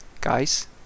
guys